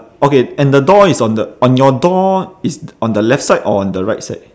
okay and the door it's on the on your door it's on the left side or on the right side